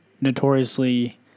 notoriously